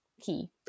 Key